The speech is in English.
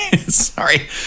Sorry